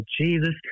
Jesus